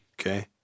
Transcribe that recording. Okay